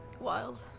Wild